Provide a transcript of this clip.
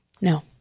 No